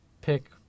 pick